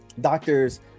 doctors